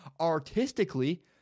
artistically